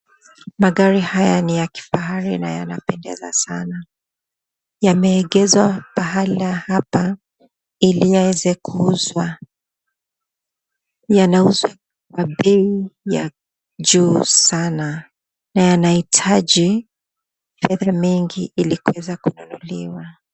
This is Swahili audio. Magari haya niya kifahari na yanapendeza sana, yameegezwa pahala hapa ili yaweze kuuzwa, yanauzwa kwa bei ya juu sana, na yanahitaji fedha nyingi ili yaweze kununuliwa.